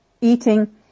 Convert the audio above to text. eating